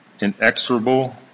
inexorable